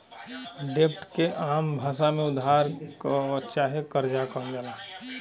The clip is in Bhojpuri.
डेब्ट के आम भासा मे उधार चाहे कर्जा कहल जाला